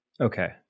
Okay